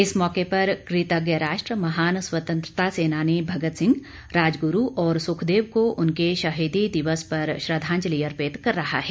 इस मौके पर क्रतज्ञ राष्ट्र स्वतंत्रता सेनानी भगत सिंह राजग्रू और सुखदेव को उनके शहीदी दिवस पर श्रद्दांजलि अर्पित कर रहा है